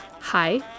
Hi